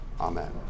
Amen